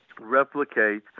replicate